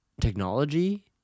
technology